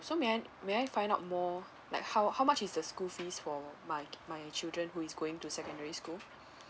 so may I may I find out more like how how much is the school fees for my my children who is going to secondary school